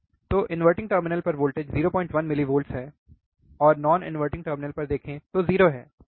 तो inverting terminal पर voltage 01 millivolts है और नॉन इनवर्टिंग टर्मिनल पर देखें तो 0 है ठीक है